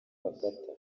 bakata